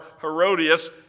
Herodias